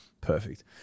Perfect